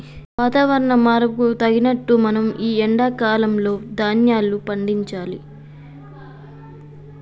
వాతవరణ మార్పుకు తగినట్లు మనం ఈ ఎండా కాలం లో ధ్యాన్యాలు పండించాలి